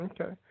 Okay